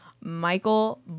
Michael